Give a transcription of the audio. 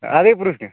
ଆଦିପୁରୁଷ୍କେ